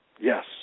Yes